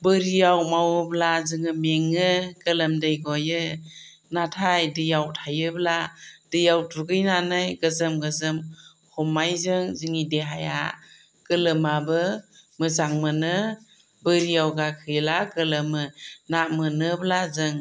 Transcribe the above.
बोरियाव मावोब्ला जोङो मेङो गोलोमदै गयो नाथाय दैयाव थायोब्ला दैयाव दुगैनानै गोजोम गोजोम हमनायजों जोंनि देहाया गोलोमाबो मोजां मोनो बोरियाव गाखोयोब्ला गोलोमो ना मोनोब्ला जों